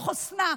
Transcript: בחוסנה,